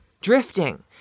drifting